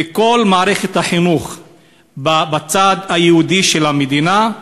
וכל מערכת החינוך בצד היהודי של המדינה,